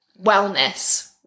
wellness